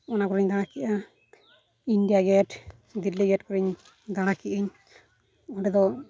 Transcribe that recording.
ᱚᱱᱟ ᱠᱚᱨᱮᱧ ᱫᱟᱬᱟ ᱠᱮᱜᱼᱟ ᱤᱱᱰᱤᱭᱟ ᱜᱮᱴ ᱫᱤᱞᱞᱤ ᱜᱮᱴ ᱠᱚᱨᱤᱧ ᱫᱟᱬᱟ ᱠᱮᱜᱼᱟᱹᱧ ᱚᱸᱰᱮ ᱫᱚ